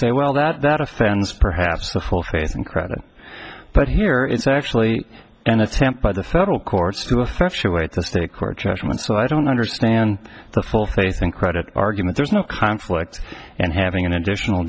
say well that that offends perhaps the full faith and credit but here is actually an attempt by the federal courts to effectuate the state court judgement so i don't understand the full faith and credit argument there's no conflict and having an additional